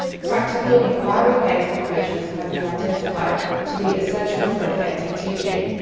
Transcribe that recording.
practical enquiry based approaches have been identified to be essential for effective teaching.